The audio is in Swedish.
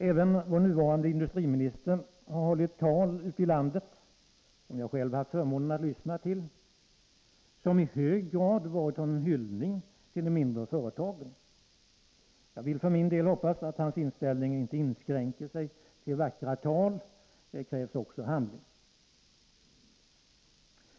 Även vår nuvarande industriminister har hållit tal ute i landet — som jag själv haft förmånen att lyssna till — som i hög grad varit en hyllning till de mindre företagen. Jag vill för min del hoppas att hans inställning inte inskränker sig till vackra tal. Det krävs handling också.